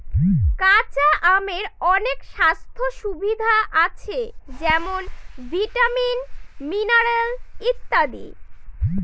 কাঁচা আমের অনেক স্বাস্থ্য সুবিধা আছে যেমন ভিটামিন, মিনারেল ইত্যাদি